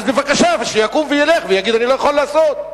אז בבקשה, שיקום וילך ויגיד: אני לא יכול לעשות.